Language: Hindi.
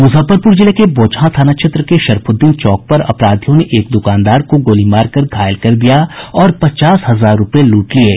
मुजफ्फरपुर जिले के बोचहां थाना क्षेत्र के शरफुद्दीन चौक पर अपराधियों ने एक द्रकानदार को गोलीमार कर घायल कर दिया और पचास हजार रूपये लूट लिये